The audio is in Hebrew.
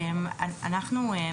אני אשמח להעיר הערה.